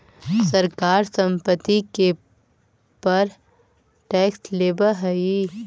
सरकार संपत्ति के पर टैक्स लेवऽ हई